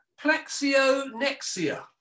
plexionexia